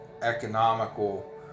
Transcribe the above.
economical